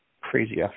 crazy